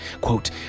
Quote